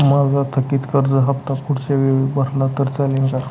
माझा थकीत कर्ज हफ्ता पुढच्या वेळी भरला तर चालेल का?